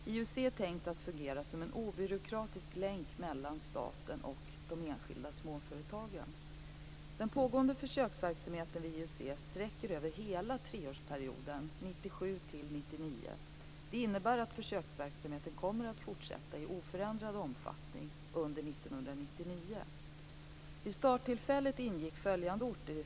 IUC är tänkt att fungera som en obyråkratisk länk mellan staten och de enskilda småföretagen. sträcker över hela treårsperioden 1997-1999. Det innebär att försöksverksamheten kommer att fortsätta i oförändrad omfattning under 1999. Skellefteå.